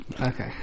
Okay